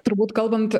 turbūt kalbant